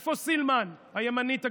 איפה סילמן, הימנית הגדולה?